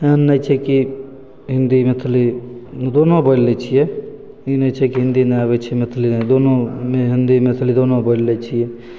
एहन नहि छै कि हिन्दी मैथिली दुनू बोलि लै छिए ई नहि छै कि हिन्दी नहि आबै छै मैथिली नहि दुनू हिन्दी मैथिली दुनू बोलि लै छिए